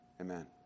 Amen